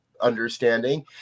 understanding